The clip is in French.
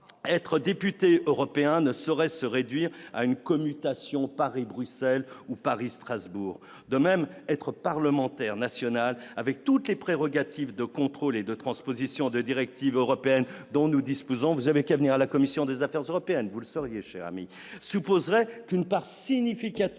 être député européen ne saurait se réduire à une commutation, Paris, Bruxelles ou Paris, Strasbourg, de même être parlementaire national avec toutes les prérogatives de contrôle et de transposition de directives européennes dont nous disposons, vous avez qu'à venir à la commission des affaires européennes, vous le sauriez chers amis supposerait une part significative